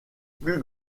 plus